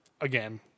again